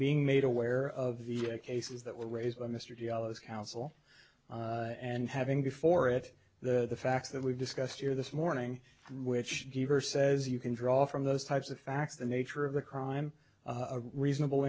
being made aware of the cases that were raised by mr diallo as counsel and having before it the facts that we've discussed here this morning which gave her says you can draw from those types of facts the nature of the crime a reasonable